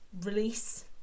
release